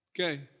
Okay